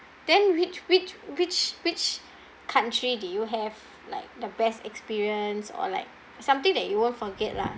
then which which which which country did you have like the best experience or like something that you won't forget lah